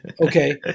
Okay